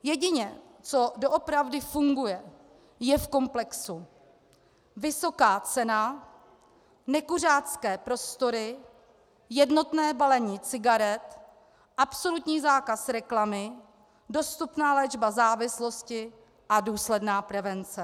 Jedině, co doopravdy funguje, je v komplexu vysoká cena, nekuřácké prostory, jednotné balení cigaret, absolutní zákaz reklamy, dostupná léčba závislosti a důsledná prevence.